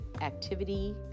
activity